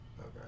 okay